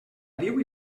viu